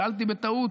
שאלתי בטעות,